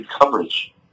coverage